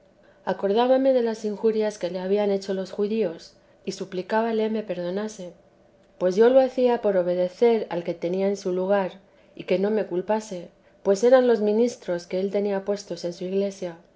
acordábame de las injurias que le habían hecho los judíos y suplicábale me perdonase pues yo lo hacía por obedecer al que tenía en su lugar y que no me culpase pues eran los ministros que él tenía puestos en su iglesia